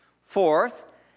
Fourth